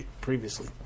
previously